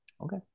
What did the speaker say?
Okay